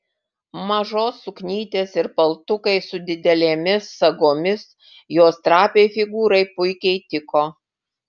mažos suknytės ir paltukai su didelėmis sagomis jos trapiai figūrai puikiai tiko